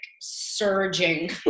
surging